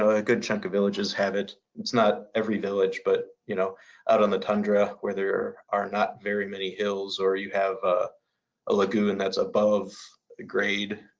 a good chunk of villages have it. it's not every village, but you know out on the tundra where there are not very many hills or you have ah a lagoon that's above a grade.